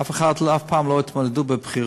אף אחד אף פעם לא התמודד בבחירות,